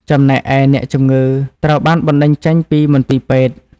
ចំណែកឯ អ្នកជំងឺត្រូវបានបណ្តេញចេញពីមន្ទីរពេទ្យ។